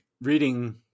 reading